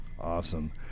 Awesome